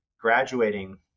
graduating